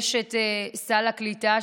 יש את סל הקליטה,